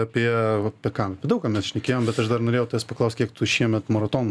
apie apie ką apie daug ką mes šnekėjom bet aš dar norėjau tavęs paklaus kiek tų šiemet maratonų